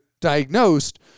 diagnosed